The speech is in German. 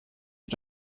mit